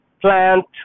plant